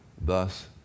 Thus